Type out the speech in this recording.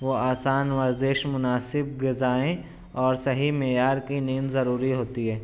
و آسان ورزش مناسب غذائیں اور صحیح معیار کی نیند ضروری ہوتی ہے